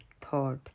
thought